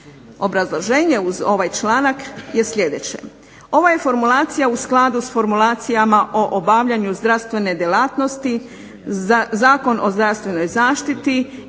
Obrazloženje uz ovaj članak je sljedeće, ovo je formulacija u skladu sa formulacijama o obavljanju zdravstvene djelatnosti Zakon o zdravstvenoj zaštiti i